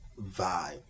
vibe